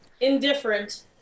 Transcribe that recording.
indifferent